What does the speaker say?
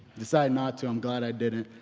decided not to, i'm glad i didn't.